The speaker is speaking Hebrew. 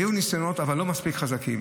היו ניסיונות אבל לא מספיק חזקים.